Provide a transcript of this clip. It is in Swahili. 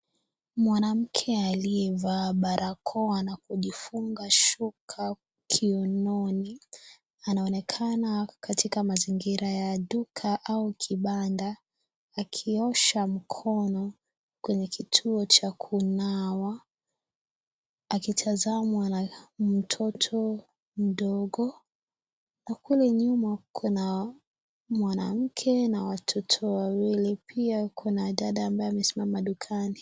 Mwanamke aliyevaa barakoa na kujifunga shuka kiunoni. Anaonekana katika mazingira ya duka au kibanda, akiosha mkono kwenye kituo cha kunawa. Akitazamwa na mtoto mdogo na kule nyuma kuna mwanamke na watoto wawili. Pia kuna dada ambaye amesimama dukani.